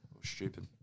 Stupid